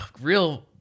real